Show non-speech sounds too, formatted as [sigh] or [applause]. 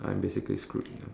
[coughs]